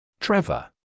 Trevor